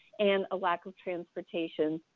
and a lack of transportation.